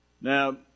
Now